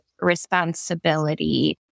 responsibility